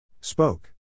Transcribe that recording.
Spoke